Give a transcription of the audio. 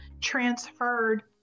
transferred